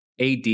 AD